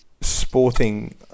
sporting